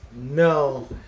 no